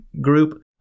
group